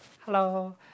hello